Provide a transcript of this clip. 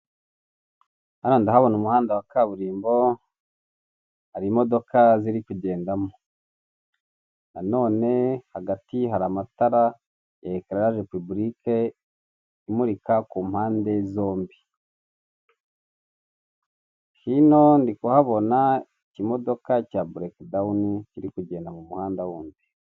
Hariya ndahabona umuhanda wa kaburimbo, hari imodoka ziri kugendamo. Na none hagati hari amatara ya eclage publique imurika ku mpande zombi. Hino ndi kuhabona iki modoka cya breakdown kiri kugenda mu muhanda wundi.